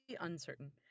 uncertain